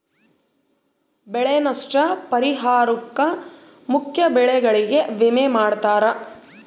ಬೆಳೆ ನಷ್ಟ ಪರಿಹಾರುಕ್ಕ ಮುಖ್ಯ ಬೆಳೆಗಳಿಗೆ ವಿಮೆ ಮಾಡ್ತಾರ